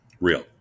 Real